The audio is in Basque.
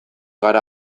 gara